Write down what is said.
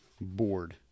board